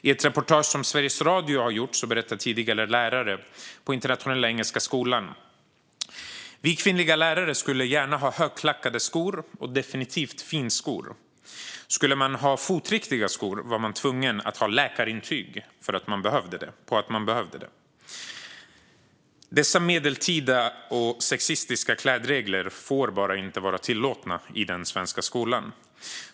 I ett reportage som Sveriges Radio har gjort berättar tidigare lärare på Internationella Engelska Skolan följande: "Vi kvinnliga lärare skulle gärna ha högklackade skor och definitivt finskor. Skulle man ha fotriktiga skor var man tvungen att ha ett läkarintyg på att man behövde det." Dessa medeltida och sexistiska klädregler får bara inte vara tillåtna i den svenska skolan.